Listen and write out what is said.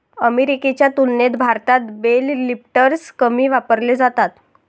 अमेरिकेच्या तुलनेत भारतात बेल लिफ्टर्स कमी वापरले जातात